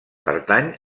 pertany